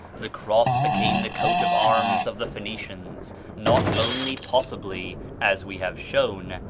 the cross became the coat of arms of the phoenicians not only, possibly, as we have shown,